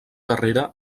carrera